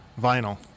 vinyl